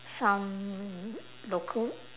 some local